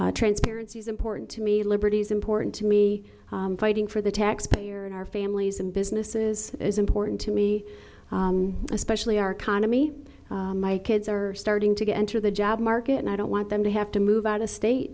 way transparency is important to me liberties important to me fighting for the taxpayer and our families and businesses it is important to me especially our economy my kids are starting to get into the job market and i don't want them to have to move out of state